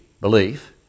belief